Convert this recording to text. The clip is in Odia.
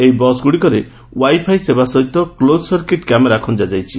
ଏହି ବସ୍ ଗୁଡ଼ିକରେ ଓ୍ୱାଇଫାଇ ସେବା ସହିତ କ୍ଲୋଜ୍ ସର୍କିଟ୍ କ୍ୟାମେରା ଖଞା ଯାଇଛି